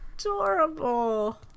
adorable